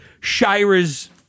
Shira's